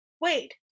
Wait